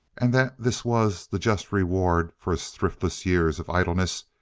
and that this was the just reward for his thriftless years of idleness,